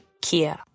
Kia